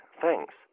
Thanks